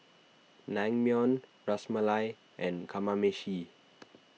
Naengmyeon Ras Malai and Kamameshi